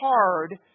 hard